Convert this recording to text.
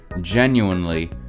genuinely